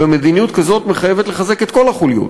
ומדיניות כזאת מחייבת לחזק את כל החוליות,